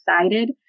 excited